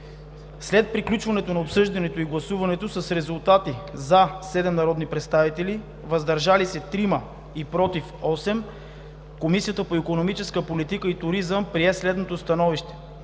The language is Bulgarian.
След приключване на обсъждането и гласуване с резултати: „за” – 7 народни представители, „въздържали се” – 3 и „против” – 8, Комисията по икономическа политика и туризъм прие следното становище: